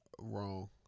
Wrong